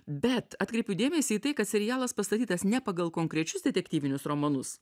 bet atkreipiu dėmesį į tai kad serialas pastatytas ne pagal konkrečius detektyvinius romanus